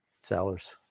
Sellers